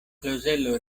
klozelo